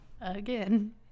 again